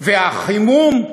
והחימום,